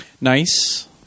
Nice